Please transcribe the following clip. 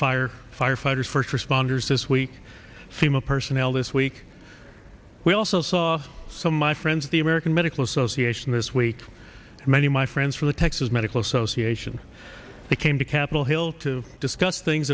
fire firefighters first responders this week seem a personnel this week we also saw some my friends the american medical association this week and many of my friends from the texas medical association they came to capitol hill to discuss things